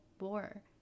war